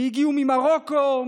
הגיעו ממרוקו,